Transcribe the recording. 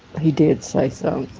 he did say so